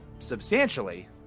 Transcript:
substantially